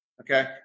Okay